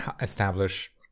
establish